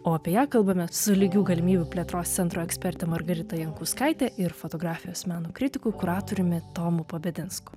o apie ją kalbame su lygių galimybių plėtros centro eksperte margarita jankauskaite ir fotografijos meno kritiku kuratoriumi tomu pabedinsku